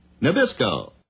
Nabisco